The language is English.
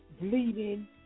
bleeding